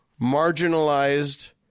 marginalized